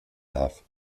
darf